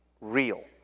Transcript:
real